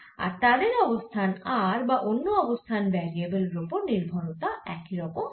আর তাদের অবস্থান r বা অন্য অবস্থান ভ্যারিয়েবল এর ওপর নির্ভরতা একই রকম হয়